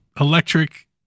electric